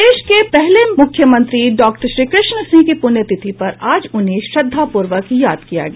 प्रदेश के पहले मुख्यमंत्री डॉक्टर श्रीकृष्ण सिंह की पुण्यतिथि पर आज उन्हें श्रद्धापूर्वक याद किया गया